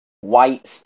White